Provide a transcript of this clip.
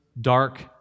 dark